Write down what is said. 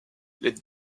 les